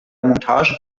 montage